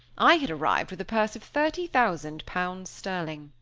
i had arrived with a purse of thirty thousand pounds sterling.